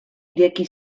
ireki